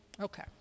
Okay